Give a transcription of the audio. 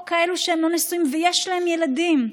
או כאלה שהם לא נשואים ויש להם ילדים.